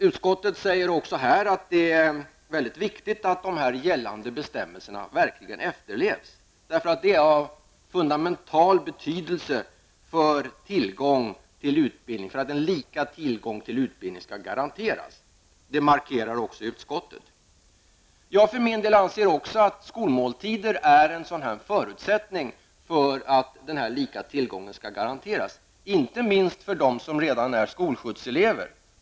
Utskottet säger också här att det är väldigt viktigt att de gällande bestämmelserna verkligen efterlevs. Det är av fundamental betydelse för att lika tillgång till utbildning skall garanteras. Detta markerar utskottet. Jag anser för min del att skolmåltiderna är en förutsättning för att den lika tillgången skall kunna garanteras, inte minst för dem som redan är skolskjutselever.